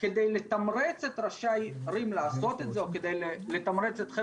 כדי לתמרץ את ראשי הערים לעשות את זה או כדי לתמרץ אתכם